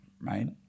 right